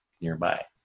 nearby